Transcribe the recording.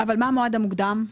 המועד המוקדם?